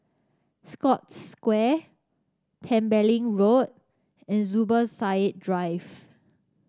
Scotts Square Tembeling Road and Zubir Said Drive